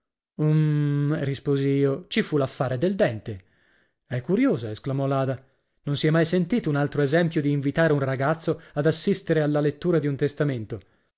uhm risposi io ci fu l'affare del dente è curiosa esclamò l'ada non si è mai sentito un altro esempio di invitare un ragazzo ad assistere alla lettura di un testamento